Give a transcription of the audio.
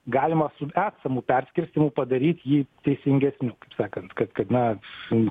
galima su esamu perskirstymu padaryt jį teisingesniu sakant kad kad na su